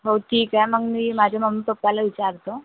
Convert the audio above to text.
हो ठीक आहे मग मी माझ्या मम्मी पप्पाला विचारतो